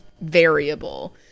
variable